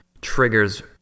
triggers